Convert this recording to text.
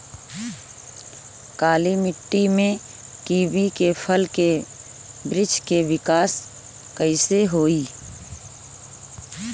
काली मिट्टी में कीवी के फल के बृछ के विकास कइसे होई?